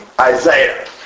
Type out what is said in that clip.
Isaiah